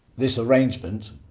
this arrangement,